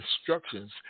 instructions